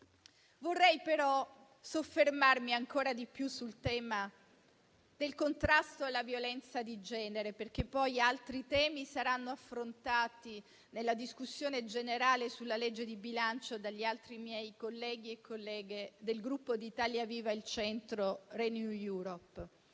minuti), soffermandomi ancora di più sul tema del contrasto alla violenza di genere. Poi altri temi saranno affrontati nella discussione generale sulla legge di bilancio dagli altri miei colleghi e colleghe del Gruppo Italia Viva-Il Centro-Renew Europe.